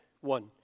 One